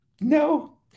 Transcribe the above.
no